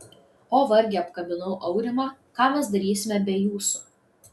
o varge apkabinau aurimą ką mes darysime be jūsų